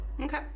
Okay